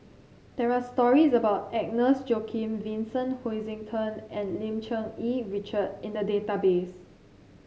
there are stories about Agnes Joaquim Vincent Hoisington and Lim Cherng Yih Richard in the database